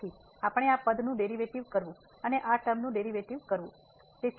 તેથી આપણે આ પદનું ડેરિવેટિવ કરવું અને આ ટર્મ નું ડેરિવેટિવ કરવું છે